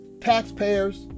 taxpayers